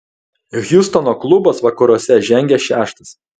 hjustono klubas vakaruose žengia šeštas